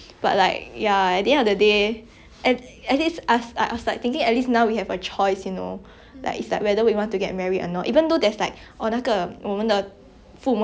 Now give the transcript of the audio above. whether we want to get married or not even though there's like orh 那个我们的父母还是会讲你几时会结婚几时会有孩子 like every chinese new year they will like everybody will talk about that lah but like it's nice that